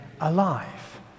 alive